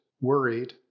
worried